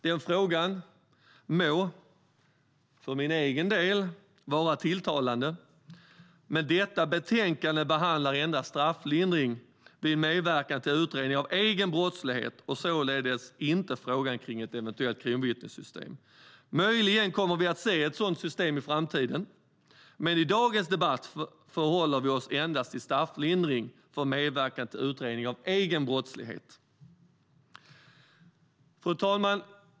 Den frågan må för min egen del vara tilltalande, men detta betänkande behandlar endast strafflindring vid medverkan till utredning av egen brottslighet och således inte frågan om ett eventuellt kronvittnessystem. Möjligen kommer vi att se ett sådant system i framtiden, men i dagens debatt förhåller vi oss endast till strafflindring för medverkan till utredning av egen brottslighet. Fru talman!